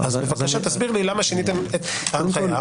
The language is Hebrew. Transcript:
אני מבקש שתסביר לי למה שיניתם את ההנחיה?